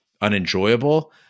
unenjoyable